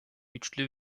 güçlü